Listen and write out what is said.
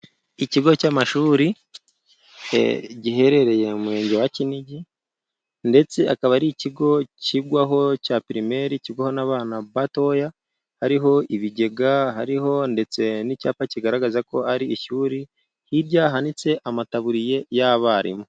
Ikigo cy'amashuri giherereye mu murenge wa Kinigi, ndetse akaba ari ikigo kigwaho cya pirimeri kigwaho n'abana batoya, hariho ibigega, hariho ndetse n'icyapa kigaragaza ko ari ishuri, hirya hanitse amataburiye y'abarimu.